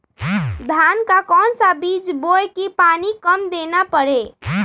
धान का कौन सा बीज बोय की पानी कम देना परे?